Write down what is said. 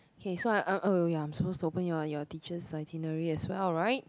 K so I'm I'm oh ya I'm suppose to open your your teacher's itinerary as well [right]